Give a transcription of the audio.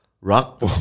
rock